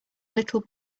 little